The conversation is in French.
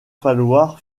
falloir